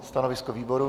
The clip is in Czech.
Stanovisko výboru?